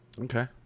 Okay